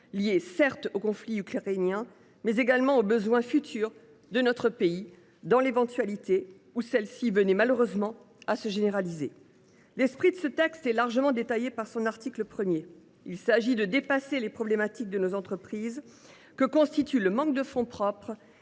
seulement au conflit ukrainien, mais également aux besoins futurs de notre pays, dans l’éventualité où cette guerre viendrait malheureusement à se généraliser. L’esprit de ce texte est largement détaillé dans son article 1 : il s’agit de dépasser les problématiques de nos entreprises que constituent le manque de fonds propres